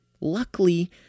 Luckily